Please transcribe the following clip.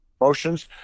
motions